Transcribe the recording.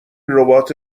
ربات